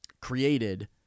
created